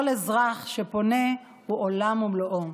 כל אזרח שפונה הוא עולם ומלואו.